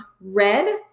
red